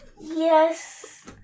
Yes